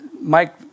Mike